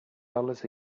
dollars